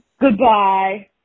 Goodbye